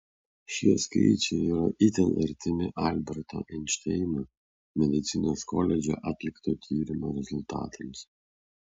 šie skaičiai yra itin artimi alberto einšteino medicinos koledže atlikto tyrimo rezultatams